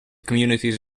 communities